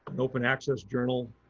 an open access journal